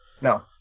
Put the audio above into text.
No